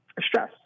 stress